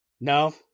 No